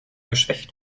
geschwächt